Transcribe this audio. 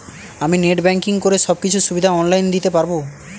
আমি net banking করে সব কিছু সুবিধা অন লাইন দিতে পারবো?